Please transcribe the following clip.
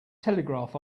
telegraph